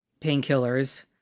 painkillers